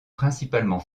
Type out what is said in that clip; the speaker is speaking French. principalement